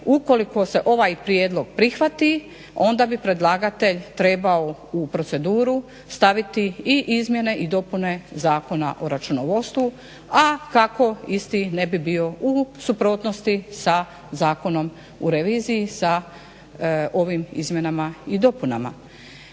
ukoliko se ovaj prijedlog prihvati onda bi predlagatelj trebao u proceduru staviti i izmjene i dopune Zakona o računovodstvu, a kako isti ne bi bio u suprotnosti sa Zakonom o reviziji sa ovim izmjenama i dopunama.